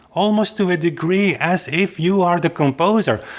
almost to a degree as if you are the composer,